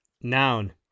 noun